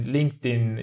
LinkedIn